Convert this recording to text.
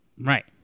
Right